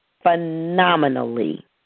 phenomenally